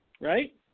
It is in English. right